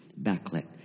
backlit